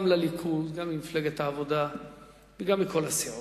גם לליכוד וגם למפלגת העבודה וגם לכל הסיעות,